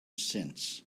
since